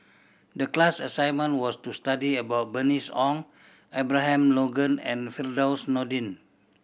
the class assignment was to study about Bernice Ong Abraham Logan and Firdaus Nordin